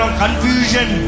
confusion